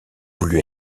voulu